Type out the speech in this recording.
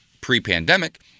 pre-pandemic